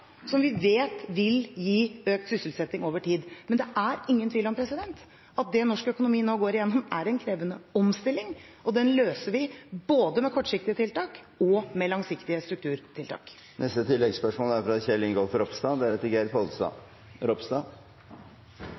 som vi vet vil gi økt sysselsetting over tid. Men det er ingen tvil om at det norsk økonomi nå går gjennom, er en krevende omstilling. Den løser vi både med kortsiktige tiltak og med langsiktige strukturtiltak. Kjell Ingolf Ropstad – til oppfølgingsspørsmål. Det er